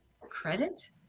Credit